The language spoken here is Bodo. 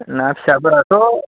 ना फिसाफोराथ'